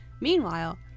Meanwhile